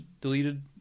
deleted